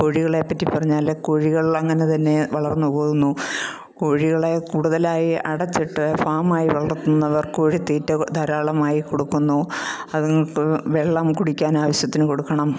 കോഴികളെ പറ്റി പറഞ്ഞാൽ കോഴികൾ അങ്ങനെ തന്നെ വളർന്നു പോകുന്നു കോഴികളെ കൂടുതലായി അടച്ചിട്ട് ഫാം ആയി വളർത്തുന്നവർ കോഴിത്തീറ്റ ധാരാളമായി കൊടുക്കുന്നു അത്ങ്ങൾക്ക് വെള്ളം കുടിക്കാൻ ആവശ്യത്തിനു കൊടുക്കണം